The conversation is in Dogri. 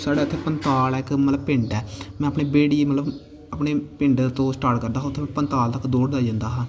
साढ़े इत्थै पंताल ऐ इक मतलब पिंड ऐ में अपनी ब्हेड़ी मतलब अपने पिंड तों स्टार्ट करदा हा उत्थै पंताल तक दौड़दा जंदा हा